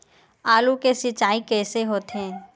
आलू के सिंचाई कइसे होथे?